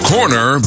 Corner